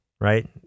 right